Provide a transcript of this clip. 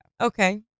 Okay